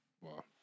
Wow